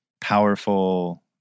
powerful